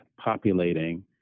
populating